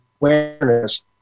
awareness